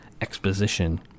exposition